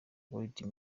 guide